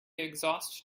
exhaust